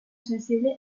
sensible